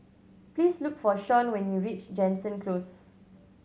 please look for Sean when you reach Jansen Close